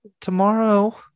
tomorrow